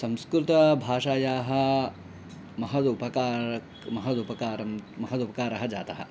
संस्कृतभाषायाः महद् उपकारः महद् उपकारं महद् उपकारः जातः